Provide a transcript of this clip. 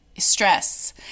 stress